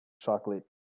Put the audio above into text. chocolate